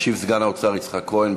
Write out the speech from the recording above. ישיב סגן שר האוצר יצחק כהן.